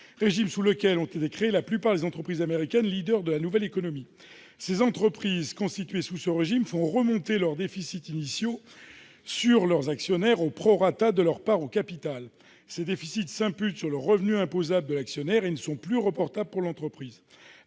régime sous lequel ont été créées la plupart des entreprises américaines de la nouvelle économie. Les entreprises américaines constituées sous ce régime font remonter leurs déficits initiaux vers leurs actionnaires au prorata de leur part au capital ; ces déficits s'imputent sur le revenu imposable de l'actionnaire et ne sont plus reportables pour l'entreprise.